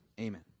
amen